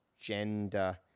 gender